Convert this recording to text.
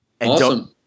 Awesome